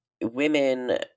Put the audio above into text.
women